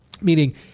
Meaning